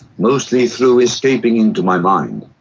mostly through escaping into my mind.